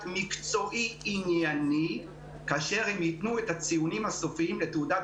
מקצועי ענייני כאשר הם יתנו את הציונים הסופיים לתעודת